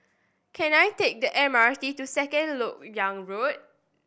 can I take the M R T to Second Lok Yang Road